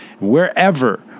wherever